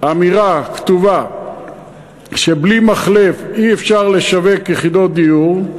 אמירה כתובה שבלי מחלף אי-אפשר לשווק יחידות דיור,